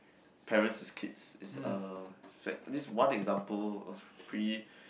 parents his kids is uh sec~ this one example was pretty